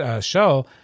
show